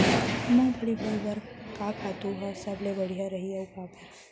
मूंगफली बोए बर का खातू ह सबले बढ़िया रही, अऊ काबर?